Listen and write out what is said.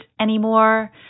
anymore